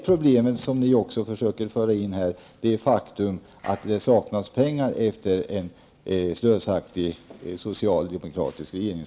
Ni försöker nu i det här sammanhanget att föra in även det problem som består i att det saknas pengar efter en slösaktig socialdemokratisk regering.